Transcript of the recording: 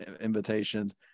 invitations